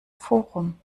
forum